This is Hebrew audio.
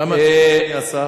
מה מציע אדוני השר?